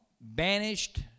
banished